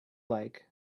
like